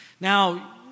Now